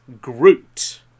Groot